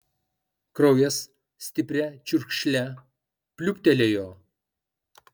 kraujas stipria čiurkšle pliūptelėjo